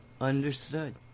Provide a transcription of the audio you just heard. Understood